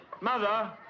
Mother